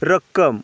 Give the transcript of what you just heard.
रक्कम